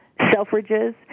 Selfridges